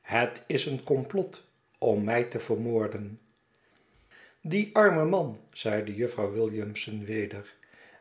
het is een komplot om mij te vermoorden die arme man zeide jufvrouw williamson weder